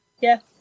Yes